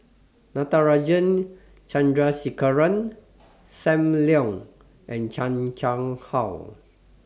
Natarajan Chandrasekaran SAM Leong and Chan Chang How